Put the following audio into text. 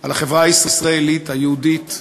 על החברה הישראלית היהודית,